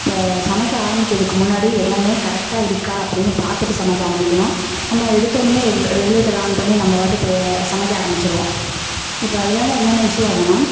இப்போ சமைக்க ஆரமிக்கிறதுக்கு முன்னாடி எல்லாமே கரெக்டாக இருக்கா அப்படின்னு பார்த்துட்டு சமைக்க ஆரமிக்கணும் நம்ம எடுத்தோடனமே ரெ ரெகுலேட்டரை ஆன் பண்ணி நம்ப பாட்டு சமைக்க ஆரமிச்சுருவோம் இப்போ அதனால என்னென்ன இஷ்யூ ஆகுதுன்னா